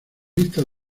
listas